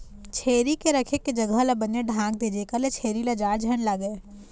छेरी के रहें के जघा ल बने ढांक दे जेखर ले छेरी ल जाड़ झन लागय